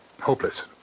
hopeless